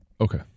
Okay